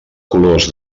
colors